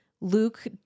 Luke